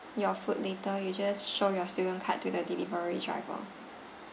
your food later you just show your student card to the delivery driver